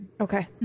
Okay